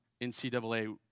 NCAA